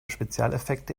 spezialeffekte